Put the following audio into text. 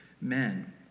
men